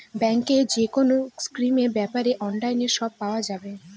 ব্যাঙ্কের যেকোনো স্কিমের ব্যাপারে অনলাইনে সব পাওয়া যাবে